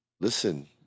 listen